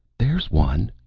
there's one,